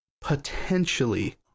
potentially